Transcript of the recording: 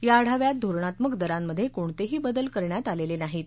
या आढाव्यात धोरणात्मक दरांमधे कोणतेही बदल करण्यात आलेले नाहीत